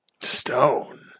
Stone